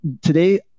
today